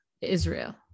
Israel